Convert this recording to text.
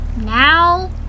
Now